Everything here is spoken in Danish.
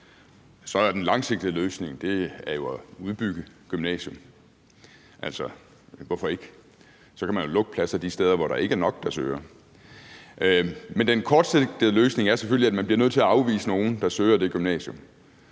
så er den langsigtede løsning jo at udbygge gymnasierne. Altså, hvorfor ikke? Så kan man jo lukke pladser de steder, hvor der ikke er nok, der søger. Men den kortsigtede løsning er selvfølgelig, at man bliver nødt til at afvise nogle, der søger det gymnasium.